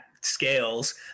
scales